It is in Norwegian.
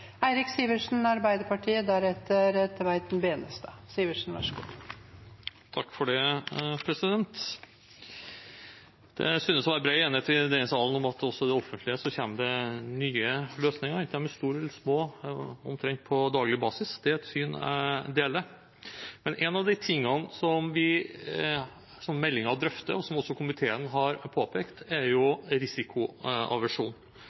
synes å være bred enighet i denne salen om at det også i det offentlige kommer nye løsninger, enten de er store eller små, omtrent på daglig basis. Det er et syn jeg deler. Men en av de tingene som meldingen drøfter, og som også komiteen har påpekt, er